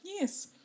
Yes